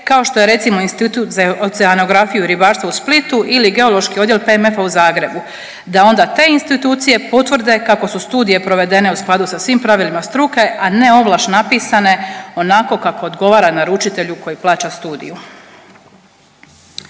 kao što je recimo Institut za oceanografiju, ribarstvo u Splitu ili geološki odjel PMF-a u Zagrebu da onda te institucije potvrde kako su studije provedene u skladu sa svim pravilima struke, a ne ovlaš napisane onako kako odgovara naručitelju koji plaća studiju.